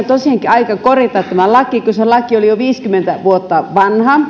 tosiaankin aika korjata tämä laki kun se oli jo viisikymmentä vuotta vanha